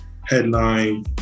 headline